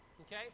okay